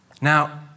Now